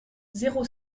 zéro